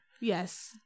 yes